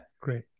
Great